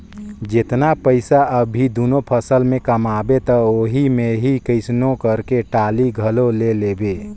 जेतना पइसा अभी दूनो फसल में कमाबे त ओही मे ही कइसनो करके टाली घलो ले लेबे